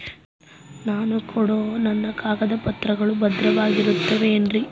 ನಾನು ಕೊಡೋ ನನ್ನ ಕಾಗದ ಪತ್ರಗಳು ಭದ್ರವಾಗಿರುತ್ತವೆ ಏನ್ರಿ?